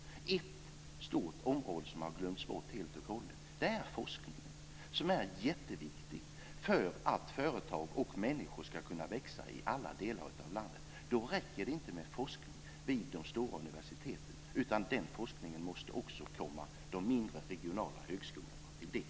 Ett stort område som har glömts bort helt och hållet är forskningen. Den är jätteviktig för att företag och människor ska kunna växa i alla delar av landet. Då räcker det inte med forskning vid de stora universiteten, utan den forskningen måste komma också de mindre regionala högskolorna till del.